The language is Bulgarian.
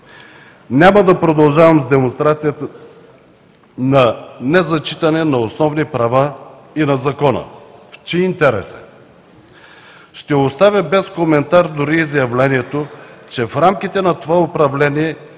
Няма да продължавам с демонстрацията на незачитане на основни права и на закона в чий интерес е. Ще оставя без коментар дори изявлението, че в рамките на това управление